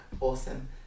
awesome